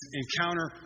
encounter